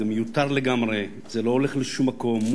זה מיותר לגמרי, זה לא הולך לשום מקום.